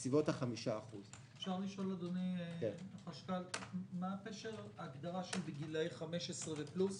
בסביבות 5%. מה פשר ההגדרה של גילאי 15 פלוס?